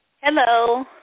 Hello